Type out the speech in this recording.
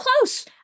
close